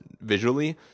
visually